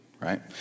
right